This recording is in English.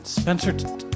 Spencer